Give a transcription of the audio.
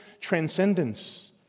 transcendence